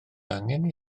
angen